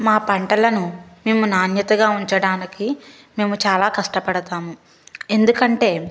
మా పంటలను మేము నాణ్యతగా ఉంచడానికి మేము చాలా కష్టపడతాం ఎందుకంటే